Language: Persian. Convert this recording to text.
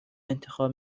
انتخاب